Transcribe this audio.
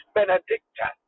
Benedicta